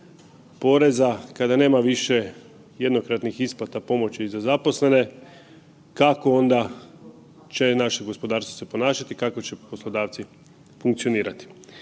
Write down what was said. kada nema više jednokratnih isplata pomoći za zaposlene, kako onda će naše gospodarstvo se ponašati, kako će poslodavci funkcionirati?